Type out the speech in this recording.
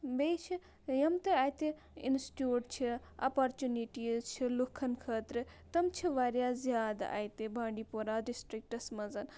بیٚیہِ چھِ یِم تہِ اَتہِ اِنسچیٛوٗٹ چھِ اَپرچُنِٹیٖز چھِ لُکن خٲطرٕ تِم چھِ واریاہ زیادٕ اَتہِ بانٛڈی پورہ ڈِسٹِرٛکٹَس منٛزَ